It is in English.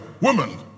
woman